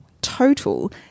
total